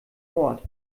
ort